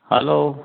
hello